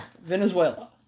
Venezuela